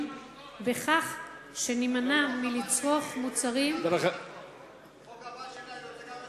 בכך שנימנע מלצרוך מוצרים" בחוק הבא גם אני רוצה לדבר.